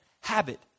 habit